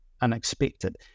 unexpected